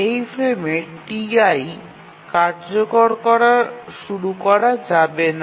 এই ফ্রেমে Ti কার্যকর করা শুরু করা যাবে না